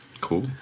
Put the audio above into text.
Cool